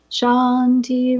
Shanti